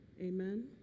Amen